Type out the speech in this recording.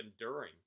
enduring